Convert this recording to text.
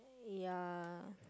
ya